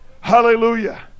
hallelujah